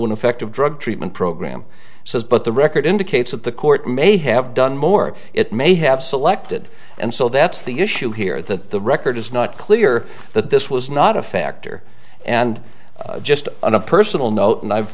effective drug treatment program says but the record indicates that the court may have done more it may have selected and so that's the issue here that the record is not clear that this was not a factor and just on a personal note and i've